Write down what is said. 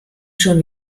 schon